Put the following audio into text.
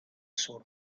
sur